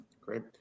Great